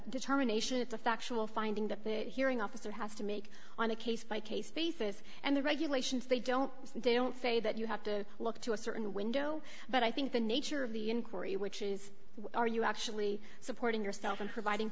determination it's a factual finding that that hearing officer has to make on a case by case basis and the regulations they don't they don't say that you have to look to a certain window but i think the nature of the inquiry which is are you actually supporting yourself and providing